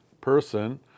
person